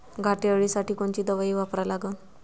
घाटे अळी साठी कोनची दवाई वापरा लागन?